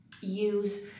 use